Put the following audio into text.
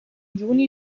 juni